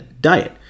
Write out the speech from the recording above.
diet